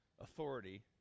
authority